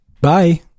Bye